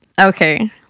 Okay